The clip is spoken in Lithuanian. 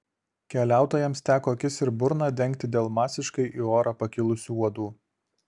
keliautojams teko akis ir burną dengti dėl masiškai į orą pakilusių uodų